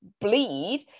bleed